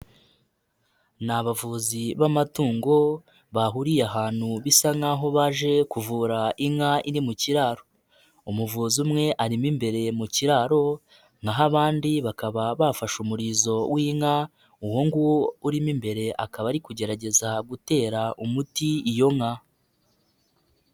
Ni abavuzi b'amatungo bahuriye ahantu bisa nk'aho baje kuvura inka iri mu kiraro. Umuvuzi umwe arimo imbere mu kiraro, naho abandi bakaba bafashe umurizo w'inka, uwo nguwo urimo imbere, akaba ari kugerageza gutera umuti iyo nka.